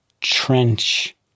trench